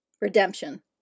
redemption